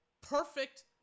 perfect